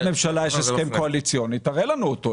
אבל תראה לנו את זה.